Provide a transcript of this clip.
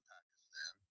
Pakistan